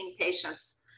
patients